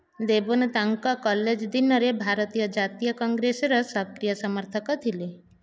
ଦେବନ ତାଙ୍କ କଲେଜ ଦିନରେ ଭାରତୀୟ ଜାତୀୟ କଂଗ୍ରେସର ସକ୍ରିୟ ସମର୍ଥକ ଥିଲେ